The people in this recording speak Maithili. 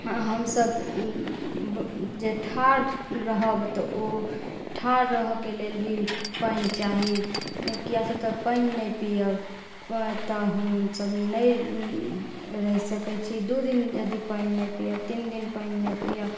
हँ हमसब जे ठाढ़ रहब तऽ ओ ठाढ़ रहऽके लेल भी पानि चाही किआ से तऽ पानि नहि पीअब तऽ हमसब नहि रहि सकैत छी दू दिन यदि पानि नहि पीअब तीन दिन पानि नहि पीअब